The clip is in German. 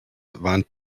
warnt